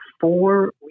four